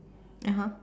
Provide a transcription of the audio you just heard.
(uh huh)